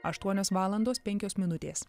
aštuonios valandos penkios minutės